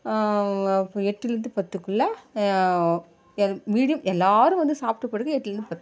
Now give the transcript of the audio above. எட்டுலேருந்து பத்துக்குள் எல்லாரும் வந்து சாப்பிட்டு படுக்க எட்டுலேருந்து பத்து